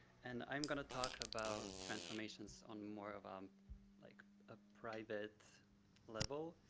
and i'm gonna talk about transformations on more of um like a private level,